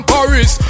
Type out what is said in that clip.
Paris